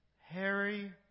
Harry